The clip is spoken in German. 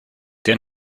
der